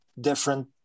different